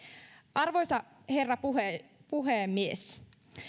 arvoisa herra puhemies puhemies